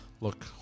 look